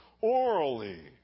orally